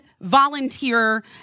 volunteer